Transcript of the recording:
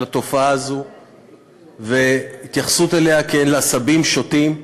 התופעה הזאת והתייחסות אליה כאל עשבים שוטים.